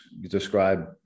describe